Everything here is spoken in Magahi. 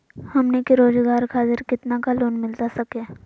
हमनी के रोगजागर खातिर कितना का लोन मिलता सके?